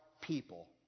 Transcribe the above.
people